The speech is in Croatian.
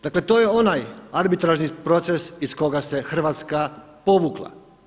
Dakle to je onaj arbitražni proces iz koga se hrvatska povukla.